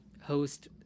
host